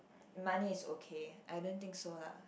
money is okay I don't think so lah